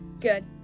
Good